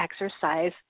exercise